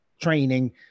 training